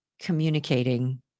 communicating